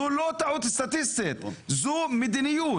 זו מדיניות.